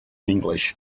english